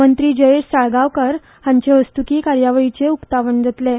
मंत्री जयेश साळगांवकार हांचे हस्तुकीं कार्यावळीचें उकतावण जातलें